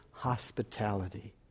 hospitality